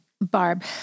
Barb